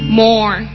more